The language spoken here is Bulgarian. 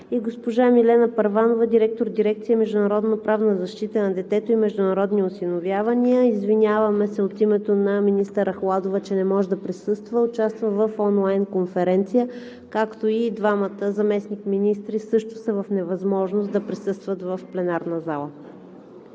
и госпожа Милена Първанова – директор на дирекция „Международноправна защита на детето и международни осиновявания“. Извиняваме се от името на министър Ахладова, че не може да присъства – участва в онлайн Конференция, както и двамата заместник-министри също са в невъзможност да присъстват в пленарната зала.